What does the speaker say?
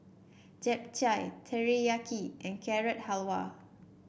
Japchae Teriyaki and Carrot Halwa